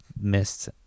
missed